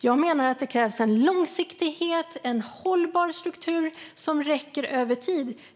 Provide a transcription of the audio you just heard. Jag menar att det krävs en långsiktighet och en hållbar struktur som räcker över tid.